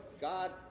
God